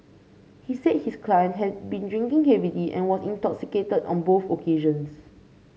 he said his client had been drinking heavily and was intoxicated on both occasions